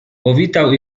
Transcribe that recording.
powitał